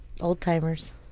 Old-timers